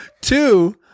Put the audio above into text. Two